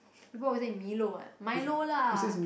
people always say milo [what] milo lah